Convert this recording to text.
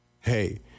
Hey